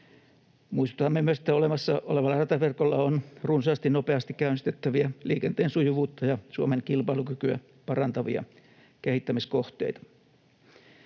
Muistutamme myös, että olemassa olevalla rataverkolla on runsaasti nopeasti käynnistettäviä liikenteen sujuvuutta ja Suomen kilpailukykyä parantavia kehittämiskohteita.